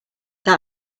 that